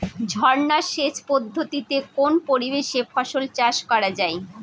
ঝর্না সেচ পদ্ধতিতে কোন পরিবেশে ফসল চাষ করা যায়?